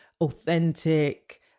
authentic